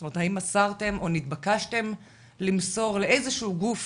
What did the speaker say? זאת אומרת האם מסרתם או נתבקשתם למסור לאיזשהו גוף